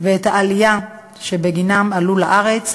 ואת הסיפורים שבגינם עלו לארץ.